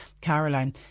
Caroline